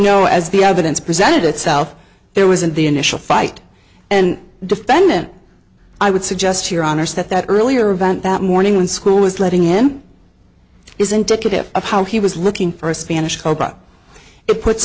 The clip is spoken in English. know as the evidence presented itself there was in the initial fight and defendant i would suggest to your honor's that that earlier event that morning when school was letting in is indicative of how he was looking for a spanish cobra it puts